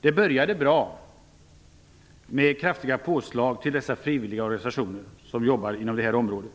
Det började bra med kraftiga påslag på detta anslag till de frivilliga organisationer som arbetar inom det området.